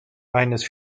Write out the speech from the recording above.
eines